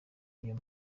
iyo